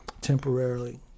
temporarily